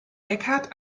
eckhart